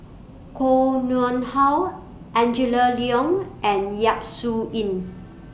Koh Nguang How Angela Liong and Yap Su Yin